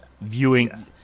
viewing